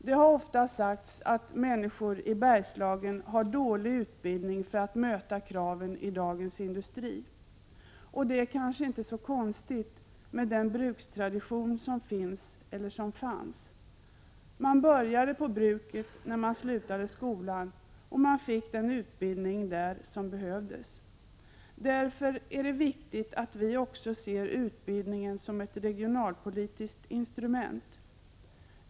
Det har ofta sagts att människorna i Bergslagen har för dålig utbildning för att möta kraven i dagens industri. Det är kanske inte så konstigt med den brukstradition som finns eller som fanns. Man började på bruket när man slutade skolan, och där fick man den utbildning som behövdes. Därför är det viktigt att vi också ser utbildningen som ett regionalpolitiskt instrument.